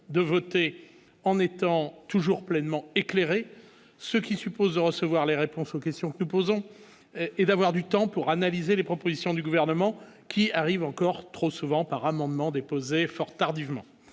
de voter en étant toujours pleinement éclairé, ce qui suppose de recevoir les réponses aux questions que nous posons, et d'avoir du temps pour analyser les propositions du gouvernement qui arrive encore trop souvent par amendements déposés fort tardivement,